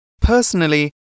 Personally